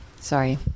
Sorry